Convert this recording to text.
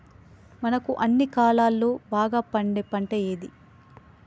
మనకు అన్ని కాలాల్లో బాగా పండే పంట ఏది?